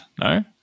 no